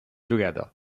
together